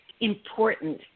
important